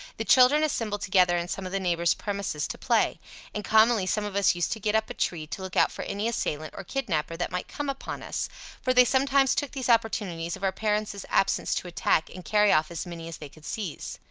the children assembled together in some of the neighbours' premises to play and commonly some of us used to get up a tree to look out for any assailant, or kidnapper, that might come upon us for they sometimes took those opportunities of our parents' absence to attack and carry off as many as they could seize.